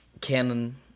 canon